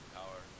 power